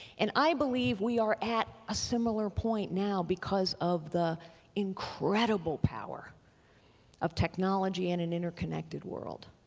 and i believe we are at a similar point now because of the incredible power of technology and an interconnected world.